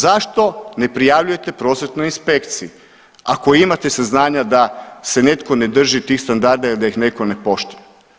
Zašto ne prijavljujete Prosvjetnoj inspekciji ako imate saznanja da se netko ne drži tih standarda i da ih netko ne poštuje.